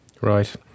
Right